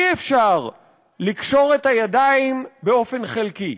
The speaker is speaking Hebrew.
אי-אפשר לקשור את הידיים באופן חלקי,